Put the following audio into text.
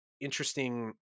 interesting